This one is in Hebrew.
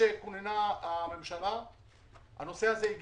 דבר כזה לדיון בוועדת הפנים ואיכות הסביבה של